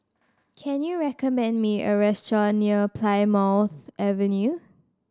can you recommend me a restaurant near Plymouth Avenue